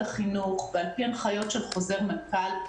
החינוך ועל פי הנחיות של חוזר מנכ"ל,